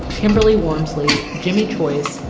kimberly warmsley, jimi choice,